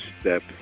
step